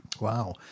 Wow